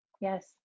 Yes